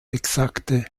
exakte